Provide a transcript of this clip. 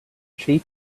cheap